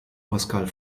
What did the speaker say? pascal